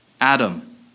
Adam